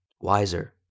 wiser